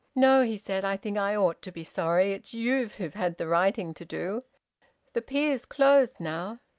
no! he said. i think i ought to be sorry. it's you who've had the waiting to do the pier's closed now.